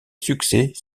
succès